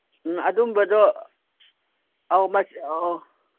ꯎꯝ ꯑꯗꯨꯝꯕꯗꯣ ꯑꯧ ꯑꯧ